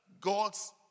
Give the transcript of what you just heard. God's